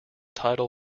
tidal